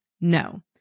No